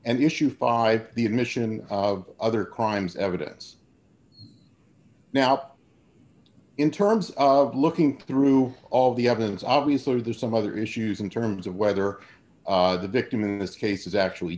and issue five the admission of other crimes evidence now in terms of looking through all the evidence obviously there's some other issues in terms of whether the victim in this case is actually